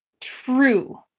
true